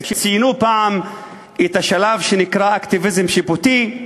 שציינו פעם את השלב שנקרא "אקטיביזם שיפוטי",